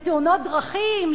לתאונות דרכים,